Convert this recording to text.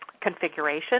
configuration